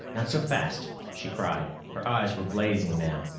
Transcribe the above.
not so fast, she cried. her eyes were blazing now.